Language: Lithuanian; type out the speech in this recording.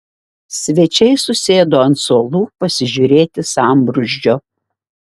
svečiai susėdo ant suolų pasižiūrėti sambrūzdžio